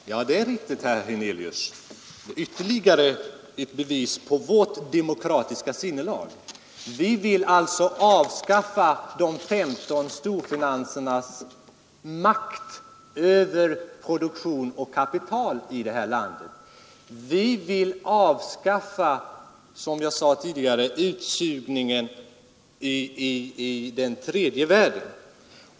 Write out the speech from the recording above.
Herr talman! Ja, det är riktigt, herr Hernelius — det är ytterligare ett bevis på vårt demokratiska sinnelag. Vi vill alltså avskaffa de 15 storfinansfamiljernas makt över produktion och kapital i det här landet. Vi vill avskaffa, som jag sade tidigare, utsugningen i den tredje världen.